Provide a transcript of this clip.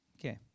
okay